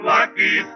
Lucky